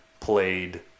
played